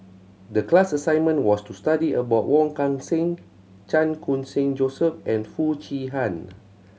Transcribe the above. the class assignment was to study about Wong Kan Seng Chan Khun Sing Joseph and Foo Chee Han